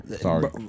sorry